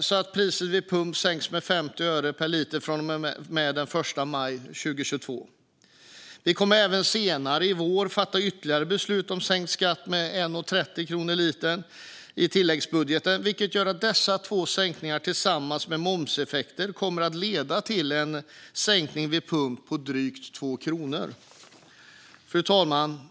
så att priset vid pump sänks med 50 öre per liter från och med den 1 maj 2022. Vi kommer senare i vår att fatta ytterligare beslut om sänkt skatt med 1,30 kronor litern i tilläggsbudgeten. Dessa två sänkningar kommer tillsammans med momseffekter att leda till en sänkning på drygt 2 kronor vid pump. Fru talman!